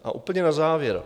A úplně na závěr.